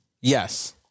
yes